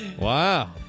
Wow